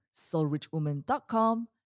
soulrichwoman.com